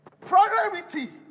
Priority